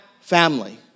family